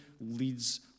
leads